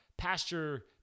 pasture